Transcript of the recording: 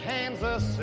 Kansas